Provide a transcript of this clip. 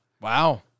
Wow